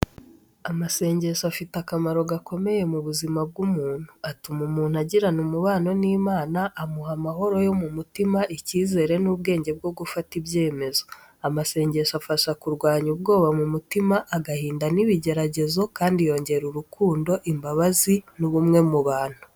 Amasengesho afite akamaro gakomeye mu buzima bw’umuntu. Atuma umuntu agirana umubano n’Imana, amuha amahoro yo mu mutima, icyizere n’ubwenge bwo gufata ibyemezo. Amasengesho afasha kurwanya ubwoba mu mutima, agahinda n’ibigeragezo kandi yongera urukundo, imbabazi n'ubumwe mu bantu.